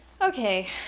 Okay